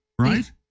right